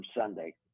Sunday